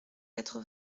quatre